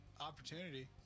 opportunity